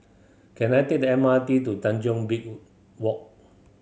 can I take the M R T to Tanjong Beach Walk